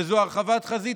שזו הרחבת חזית.